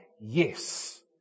yes